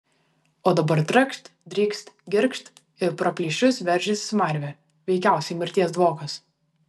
o dabar trakšt drykst girgžt ir pro plyšius veržiasi smarvė veikiausiai mirties dvokas